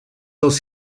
dels